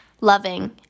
loving